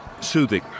soothing